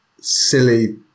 silly